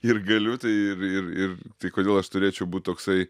ir galiu tai ir ir ir tai kodėl aš turėčiau būt toksai